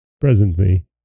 Presently